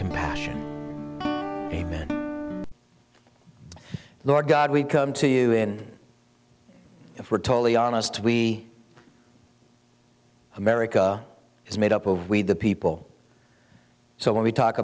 compassion amen the lord god we come to you in if we're totally honest we america is made up of we the people so when we talk